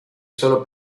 solo